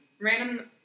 Random